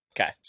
Okay